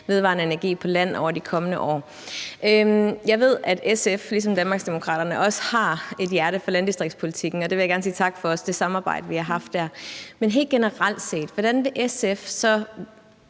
vedvarende energi på land over de kommende år. Jeg ved, at SF ligesom Danmarksdemokraterne også har et hjerte for landdistriktspolitikken, og jeg vil gerne sige tak for det samarbejde, vi har haft der. Men hvordan vil SF så